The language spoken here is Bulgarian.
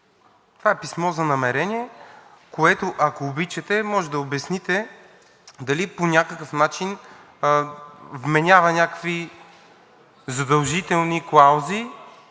това е писмо за намерения, което, ако обичате, може да обясните дали по някакъв начин вменява някакви задължителни клаузи,